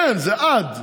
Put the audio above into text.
כן, זה "עד".